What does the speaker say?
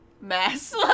mess